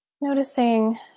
Noticing